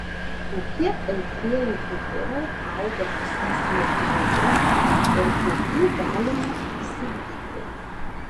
kokie aitrieji pipirai auga pas mus lietuvoje ir kokių galima įsigyti